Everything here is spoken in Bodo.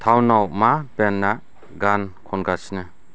टाउनाव मा बेन्डआ गान खनगासिनो